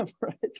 right